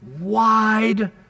wide